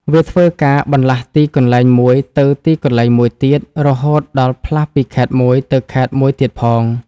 វាធ្វើការបន្លាស់ទីកន្លែងមួយទៅទីកន្លែងមួយទៀត រហូតដល់ផ្លាស់ពីខេត្តមួយទៅខេត្តមួយទៀតផង ។